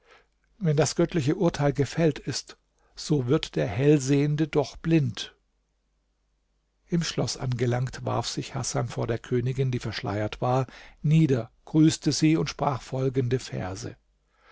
wenn das göttliche urteil gefällt ist so wird der hellsehende doch blind im schloß angelangt warf sich hasan vor der königin die verschleiert war nieder grüßte sie und sprach folgende verse